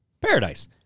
paradise